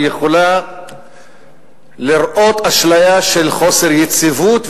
היא יכולה לראות אשליה של חוסר יציבות,